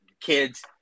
Kids